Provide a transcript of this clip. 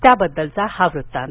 त्याबद्दलचा हा वृत्तांत